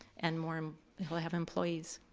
and more, he'll have employees.